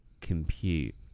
compute